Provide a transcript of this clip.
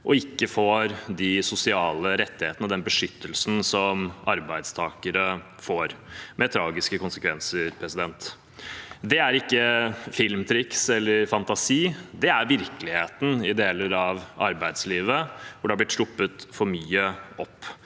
og ikke får de sosiale rettighetene og den beskyttelsen som arbeidstakere får – med tragiske konsekvenser. Det er ikke filmtriks eller fantasi, det er virkeligheten i deler av arbeidslivet hvor det har blitt sluppet for mye opp.